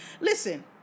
Listen